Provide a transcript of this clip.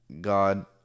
God